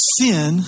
sin